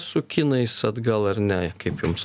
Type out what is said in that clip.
su kinais atgal ar ne kaip jums